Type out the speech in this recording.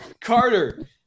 Carter